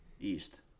east